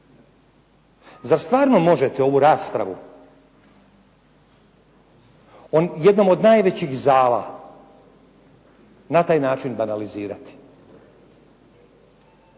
Zar stvarno možete ovu raspravu jednom od najvećih zala na taj način banalizirati.